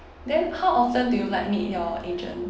then how often do you like meet your agent